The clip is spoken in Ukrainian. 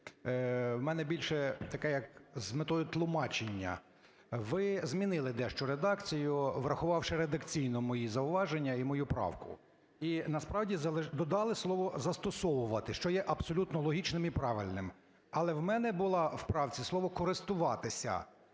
в мене більше таке, як з метою тлумачення. Ви змінили дещо редакцію, врахувавши редакційно мої зауваження і мою правку, і насправді додали слово "застосовувати", що є абсолютно логічним і правильним, але в мене було у правці слово "користуватися".